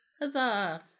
Huzzah